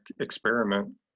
experiment